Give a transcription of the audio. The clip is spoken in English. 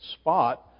spot